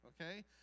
okay